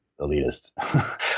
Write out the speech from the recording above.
elitist